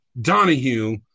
Donahue